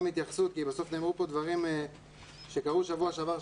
להתייחס לדברים שנאמרו פה שקרו בשבוע שעבר,